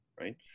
right